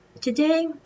Today